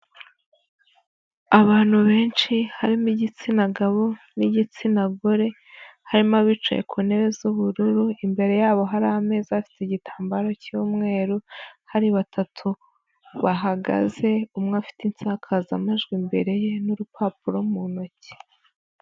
Abantu benshi, harimo igitsina gabo n'igitsina gore, harimo abicaye ku ntebe z'ubururu, imbere yabo hari ameza afite igitambaro cy'umweru, hari batatu bahagaze, umwe afite insakazamajwi imbere ye n'urupapuro mu ntoki.